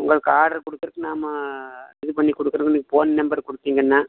உங்களுக்கு ஆடர் குடுக்கறதுக்கு நான் இது பண்ணி கொடுக்குறோம் நீங்கள் போன் நம்பர் கொடுத்திங்கன்னா